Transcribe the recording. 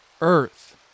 earth